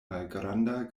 malgranda